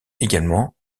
également